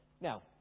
Now